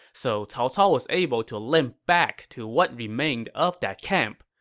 so cao cao was able to limp back to what remained of that camp.